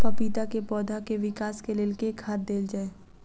पपीता केँ पौधा केँ विकास केँ लेल केँ खाद देल जाए?